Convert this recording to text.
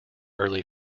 early